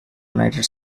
united